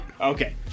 Okay